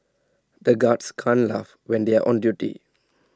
the guards can't laugh when they are on duty